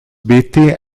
beatty